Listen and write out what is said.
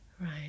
Right